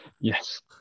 Yes